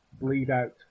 bleed-out